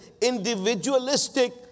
individualistic